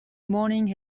morning